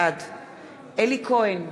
בעד אלי כהן,